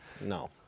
No